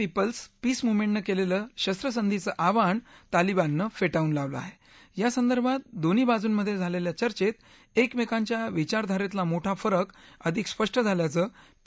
people's peace मुव्हमेंटनं कलितीशस्तसंधीचं आवाहन तालिबानं फटिळून लावलं आह आसंदर्भात दोन्ही बांजुंमध्याब्रालखा चर्चेत एकमक्तीच्या विचारधारस्त्रित मोठा फरक अधिक स्पष्ट झाल्याचं पी